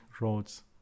roads